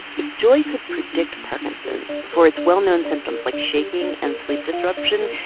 if joy could predict parkinson's before its well-known symptoms, like shaking and sleep disruption,